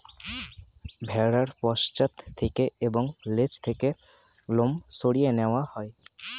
ভেড়ার পশ্চাৎ থেকে এবং লেজ থেকে লোম সরিয়ে নেওয়া হয়